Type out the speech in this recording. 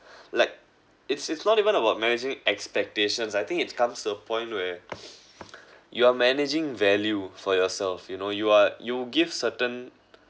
like it's it's not even about managing expectations I think it comes a point where you are managing value for yourself you know you are you give certain